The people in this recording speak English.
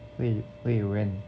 where you where you went